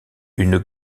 une